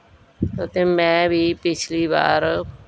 ਅਤੇ ਮੈਂ ਵੀ ਪਿਛਲੀ ਵਾਰ